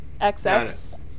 xx